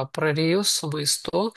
prarijus su maistu